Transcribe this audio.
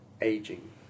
aging